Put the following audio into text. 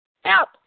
Help